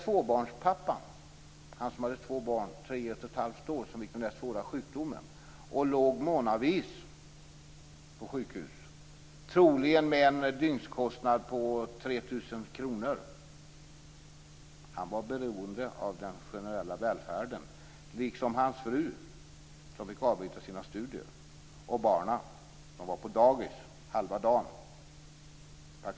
Tvåbarnspappan - barnen var tre år och ett och ett halvt år - som fick den svåra sjukdomen och som låg månadsvis på sjukhus, troligen med en dygnskostnad av liksom hans fru som fick avbryta sina studier och barnen som var på dagis halva dagen.